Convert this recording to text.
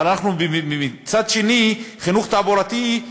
אבל מצד שני, חינוך תעבורתי,